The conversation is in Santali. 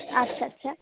ᱟᱪᱪᱷᱟ ᱟᱪᱷᱟ